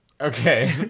Okay